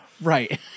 Right